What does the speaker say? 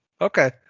okay